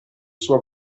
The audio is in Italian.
suo